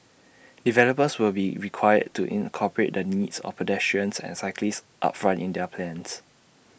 developers will be required to incorporate the needs of pedestrians and cyclists upfront in their plans